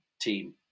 team